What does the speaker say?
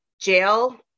jail